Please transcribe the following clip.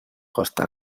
costa